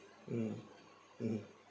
mm mm